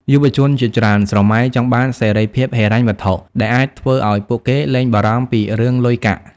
យុវជនជាច្រើនស្រមៃចង់បានសេរីភាពហិរញ្ញវត្ថុ ដែលអាចធ្វើឱ្យពួកគេលែងបារម្ភពីរឿងលុយកាក់។